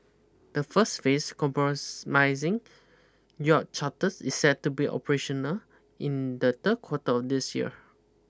the first phase compromising yacht charters is set to be operational in the third quarter of this year